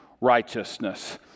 righteousness